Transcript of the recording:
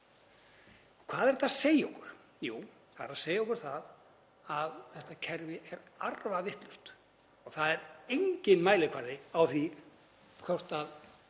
Hvað er þetta að segja okkur? Jú, það er að segja okkur að þetta kerfi er arfavitlaust. Það er enginn mælikvarði á það hvort